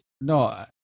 No